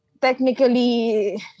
technically